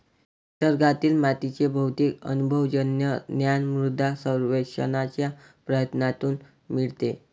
निसर्गातील मातीचे बहुतेक अनुभवजन्य ज्ञान मृदा सर्वेक्षणाच्या प्रयत्नांतून मिळते